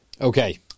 Okay